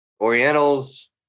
Orientals